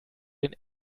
den